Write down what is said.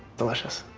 delicious.